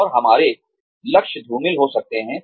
और हमारे लक्ष्य धूमिल हो सकते हैं